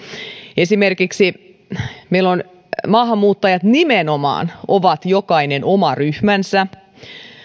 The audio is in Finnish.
esimerkiksi meillä maahanmuuttajat nimenomaan ovat jokainen oma ryhmänsä